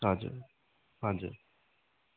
हजुर हजुर